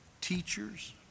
teachers